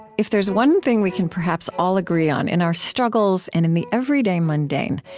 if there's one thing we can perhaps all agree on in our struggles and in the everyday mundane,